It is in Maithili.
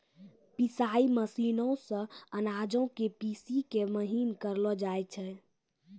पिसाई मशीनो से अनाजो के पीसि के महीन करलो जाय छै